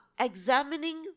Examining